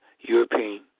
European